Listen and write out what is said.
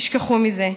תשכחו מזה.